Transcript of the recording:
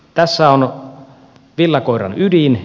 tässä on villakoiran ydin